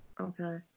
okay